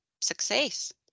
success